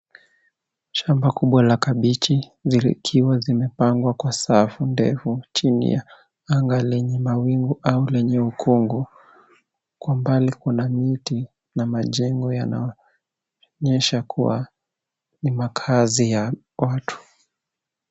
Shamba kubwa la kabechi zikiwa zimepangwa kwa safu ndefu chini ya anga lenye mawingu au lenye ukungu. Kwa mbali kuna miti na majengo yanaonyesha kuwa ni makazi ya watu.